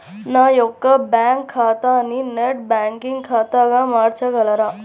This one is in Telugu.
నా యొక్క బ్యాంకు ఖాతాని నెట్ బ్యాంకింగ్ ఖాతాగా మార్చగలరా?